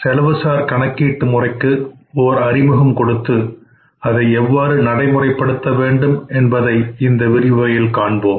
செலவுசார் கணக்கீட்டு முறைக்கு ஓர் அறிமுகம் கொடுத்து அதை எவ்வாறு நடைமுறைப்படுத்த வேண்டும் என்பதை இந்த விரிவுரையில் காண்போம்